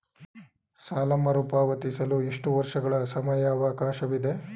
ಸಾಲ ಮರುಪಾವತಿಸಲು ಎಷ್ಟು ವರ್ಷಗಳ ಸಮಯಾವಕಾಶವಿದೆ?